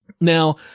Now